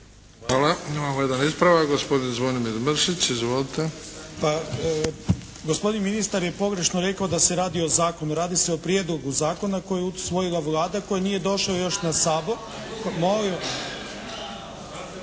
Hvala. Imamo jedan ispravak, gospodin Zvonimir Mršić. Izvolite. **Mršić, Zvonimir (SDP)** Pa, gospodin ministar je pogrešno rekao da se radi o zakonu. Radi se o Prijedlogu zakona koji je usvojila Vlada koji nije došao još na Sabor,